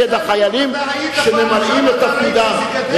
כנגד החיילים שממלאים את תפקידם.